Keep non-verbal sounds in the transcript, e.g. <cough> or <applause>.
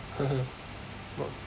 <laughs> what